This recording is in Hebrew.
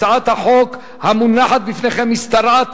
הצעת החוק המונחת בפניכם משתרעת,